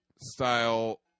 style